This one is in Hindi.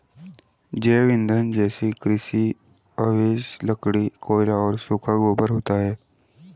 जैव ईंधन जैसे कृषि अवशेष, लकड़ी, कोयला और सूखा गोबर होता है